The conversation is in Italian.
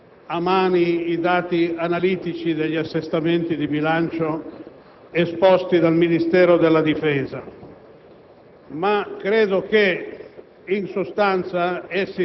salvo il fatto che forse sottintende una preoccupazione che non è giustificata dalle premesse. Non ho in questo momento